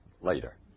later